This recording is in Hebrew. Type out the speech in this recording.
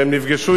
והם נפגשו אתי,